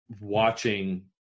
watching